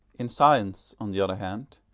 in science, on the other hand,